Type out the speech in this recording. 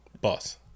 boss